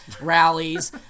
rallies